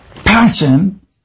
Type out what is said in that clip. Passion